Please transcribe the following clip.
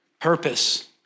purpose